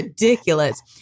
Ridiculous